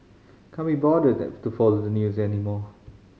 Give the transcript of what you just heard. can't be bothered to follow the new anymore